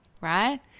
right